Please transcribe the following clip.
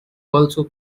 also